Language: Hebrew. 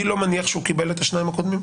קיבל את השניים הקודמים.